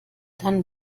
dann